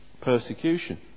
persecution